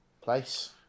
place